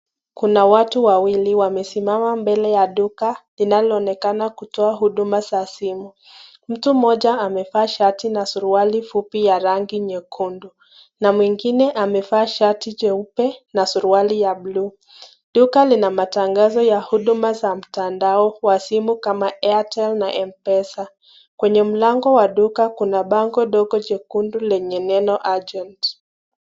Kuna watu wawili wamesimama mbele ya duka linaloonekana kutoa huduma za simu. Mtu mmoja amevaa shati na suruali fupi ya rangi nyekundu na mwingine amevaa shati jeupe na suruali ya bluu. Duka lina matangazo ya huduma za mtandao wa simu kama [airtel] na m-pesa. Kwenye mlango wa duka kuna bango ndogo jekundu lenye neno agent .